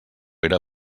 era